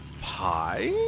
pie